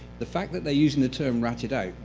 the fact that they're using the term ratted out,